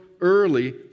early